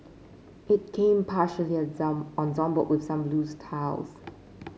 it came partially assembled with some loose tiles